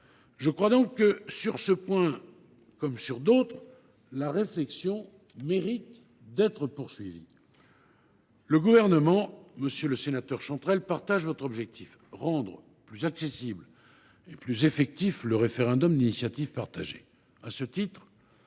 Je crois donc que, sur ce point comme sur d’autres, la réflexion mérite d’être poursuivie. Monsieur le sénateur Chantrel, le Gouvernement partage votre objectif : rendre plus accessible et plus effectif le référendum d’initiative partagée.